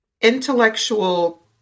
intellectual